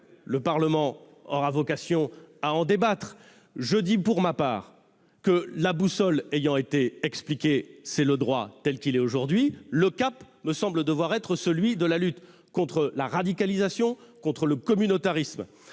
le Parlement aura vocation à en débattre. La boussole ayant été définie- c'est le droit tel qu'il est aujourd'hui -, le cap me semble devoir être celui de la lutte contre la radicalisation et contre le communautarisme.